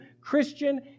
Christian